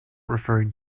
referring